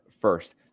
first